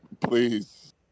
Please